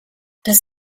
das